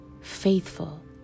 faithful